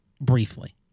briefly